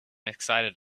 excited